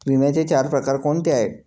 विम्याचे चार प्रकार कोणते आहेत?